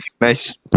nice